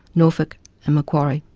norfolk and macquarie.